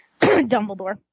Dumbledore